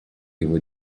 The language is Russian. его